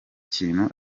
kintu